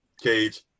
Cage